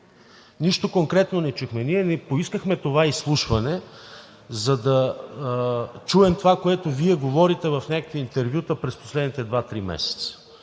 Нищо конкретно не чухме. Не поискахме това изслушване, за да чуем това, което Вие говорите в някакви интервюта през последните два-три месеца.